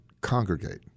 congregate